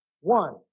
one